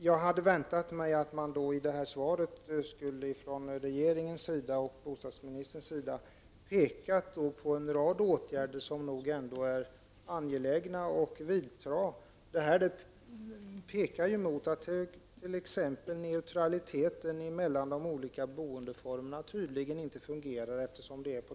Jag hade väntat mig att bostadsministern och regeringen i detta svar skulle peka på en rad åtgärder som nog ändå är angelägna att vidta. Svaret tyder på att t.ex. neutraliteten mellan de olika boendeformerna tydligen inte fungerar.